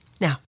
Now